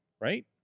right